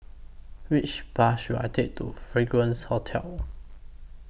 Which Bus should I Take to Fragrance Hotel